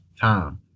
time